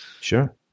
Sure